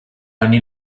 anni